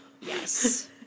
Yes